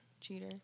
cheater